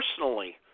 personally